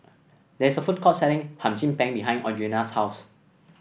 there is a food court selling Hum Chim Peng behind Audriana's house